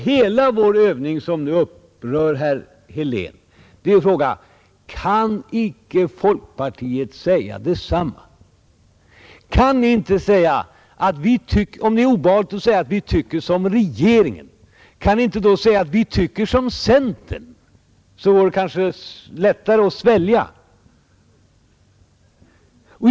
Hela vår övning, som nu upprör herr Helén, ger mig anledning att fråga: Kan inte folkpartiet säga detsamma? Om det är obehagligt för er att säga att ni tycker som regeringen, kan ni då inte säga att ni tycker som centern — då går det kanske lättare att svälja.